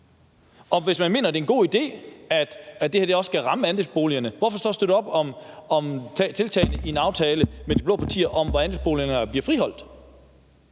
Hvis man mener, det er en god idé, at det her også skal ramme andelsboligerne, hvorfor så støtte op om tiltagene i en aftale med de blå partier, hvor andelsboligerne bliver friholdt?